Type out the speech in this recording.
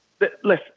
listen